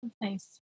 Nice